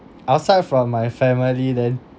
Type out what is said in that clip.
outside from my family then